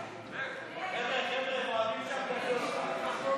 (חבר הכנסת ולדימיר בליאק יוצא מאולם